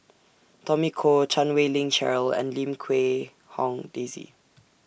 Tommy Koh Chan Wei Ling Cheryl and Lim Quee Hong Daisy